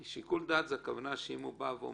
כי בשיקול דעת הכוונה שאם החייב אומר